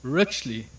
richly